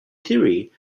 theory